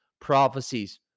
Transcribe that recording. prophecies